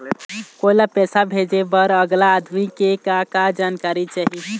कोई ला पैसा भेजे बर अगला आदमी के का का जानकारी चाही?